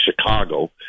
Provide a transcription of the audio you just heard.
Chicago